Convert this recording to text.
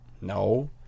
no